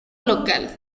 local